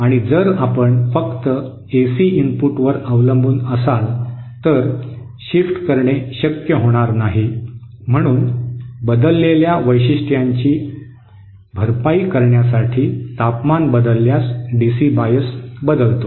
आणि जर आपण फक्त एसी इनपुटवर अवलंबून असाल तर शिफ्ट करणे शक्य होणार नाही म्हणून बदललेल्या वैशिष्ट्यांची भरपाई करण्यासाठी तापमान बदलल्यास डीसी बायस बदलतो